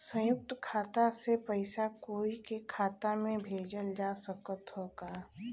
संयुक्त खाता से पयिसा कोई के खाता में भेजल जा सकत ह का?